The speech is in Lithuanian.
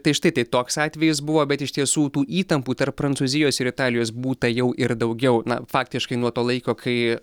tai štai tai toks atvejis buvo bet iš tiesų tų įtampų tarp prancūzijos ir italijos būta jau ir daugiau na faktiškai nuo to laiko kai